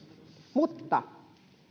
mutta